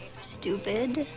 stupid